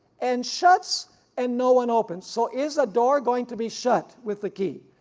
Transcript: and shuts and no one opens. so is a door going to be shut with the key?